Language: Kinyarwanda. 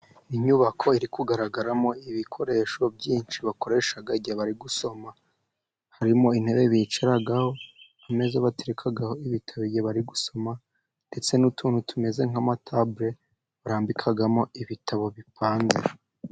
Inyubako iri kugaragaramo ibikoresho byinshi bakoresha igihe bari gusoma. Harimo:intebe bicaraho, ameza baterekaho ibitabo igihe bari gusoma, ndetse n'utuntu tumeze nk'amatabure barambikamo ibitabo bipanze.